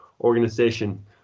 organization